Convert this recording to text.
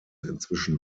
inzwischen